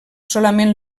solament